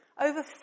over